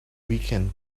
weekend